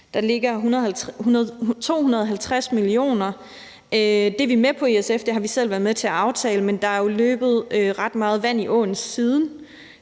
Der ligger 250 mio. kr, Det er vi i SF med på; det har vi selv været med til at aftale. Men der er jo løbet ret meget vand i åen siden,